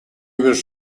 was